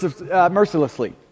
mercilessly